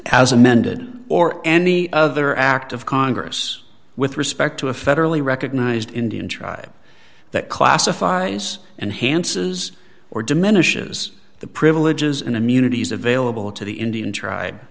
as amended or any other act of congress with respect to a federally recognized indian tribe that classifies and hansen is or diminishes the privileges and immunities available to the indian tribe